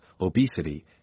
obesity